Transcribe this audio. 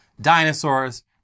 dinosaurs